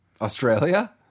Australia